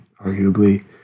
arguably